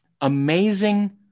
amazing